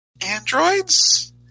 androids